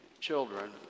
children